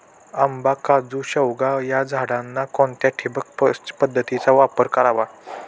आंबा, काजू, शेवगा या झाडांना कोणत्या ठिबक पद्धतीचा वापर करावा?